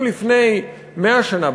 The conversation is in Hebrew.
אם לפני 100 שנה,